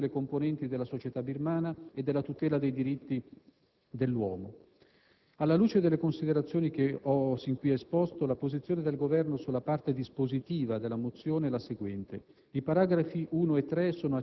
aperto alla partecipazione di tutte le componenti della società birmana e della tutela dei diritti dell'uomo. Alla luce delle considerazioni che ho esposto, la posizione del Governo sulla parte dispositiva della mozione è la seguente.